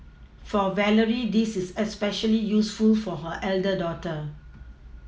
for Valerie this is especially useful for her elder daughter